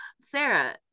Sarah